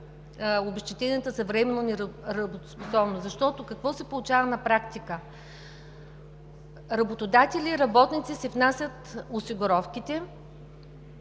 обезщетенията за временна неработоспособност. Какво се получава на практика? Работодатели и работници си внасят осигуровките.